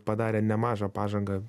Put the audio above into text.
padarė nemažą pažangą